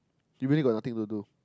he really got nothing to do